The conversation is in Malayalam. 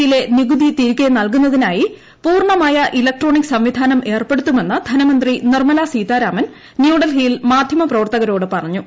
യിലെ നികുതി തിരികെ നൽകുന്നതിനായി പൂർണമായ ഇലക്ട്രോണിക് സംവിധാനം ഏർപ്പെടുത്തുമെന്ന് ധനമന്ത്രി നിർമ്മലാ സീതാരാമൻ ന്യൂഡൽഹിയിൽ മാധ്യമ പ്രവർത്തകരോട് പറഞ്ഞു